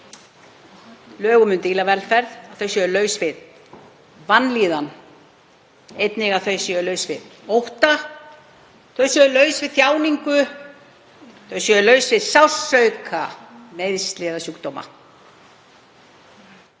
þetta dýraníð — þau séu laus við vanlíðan, einnig að þau séu laus við ótta, þau séu laus við þjáningu, þau séu laus við sársauka, meiðsli eða sjúkdóma.